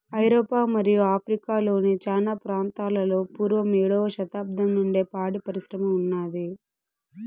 ఐరోపా మరియు ఆఫ్రికా లోని చానా ప్రాంతాలలో పూర్వం ఏడవ శతాబ్దం నుండే పాడి పరిశ్రమ ఉన్నాది